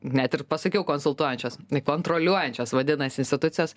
net ir pasakiau konsultuojančios kontroliuojančios vadinasi institucijos